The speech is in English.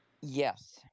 Yes